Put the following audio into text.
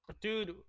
dude